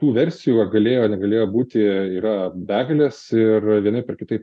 tų versijų ar galėjo negalėjo būti yra begalės ir vienaip ar kitaip